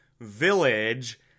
village